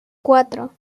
cuatro